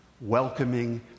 welcoming